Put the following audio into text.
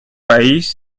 país